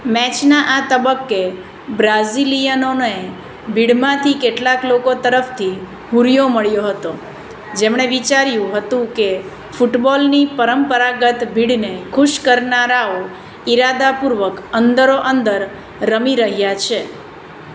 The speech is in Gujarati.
મેચના આ તબક્કે બ્રાઝિલિયનોને ભીડમાંથી કેટલાક લોકો તરફથી હુરિયો મળ્યો હતો જેમણે વિચાર્યું હતું કે ફૂટબોલની પરંપરાગત ભીડને ખુશ કરનારાઓ ઇરાદાપૂર્વક અંદરો અંદર રમી રહ્યા છે